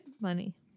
money